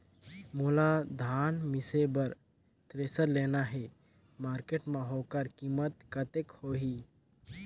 मोला धान मिसे बर थ्रेसर लेना हे मार्केट मां होकर कीमत कतेक होही?